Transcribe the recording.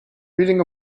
reading